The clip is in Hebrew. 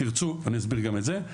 אם תרצו אני אסביר גם את זה,